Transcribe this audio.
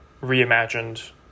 reimagined